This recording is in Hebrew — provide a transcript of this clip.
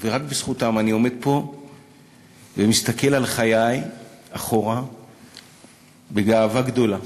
ורק בזכותם אני עומד פה ומסתכל על חיי אחורה בגאווה גדולה,